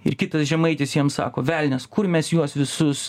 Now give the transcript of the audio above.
ir kitas žemaitis jiem sako velnias kur mes juos visus